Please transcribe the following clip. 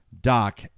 doc